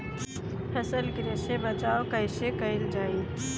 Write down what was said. फसल गिरे से बचावा कैईसे कईल जाई?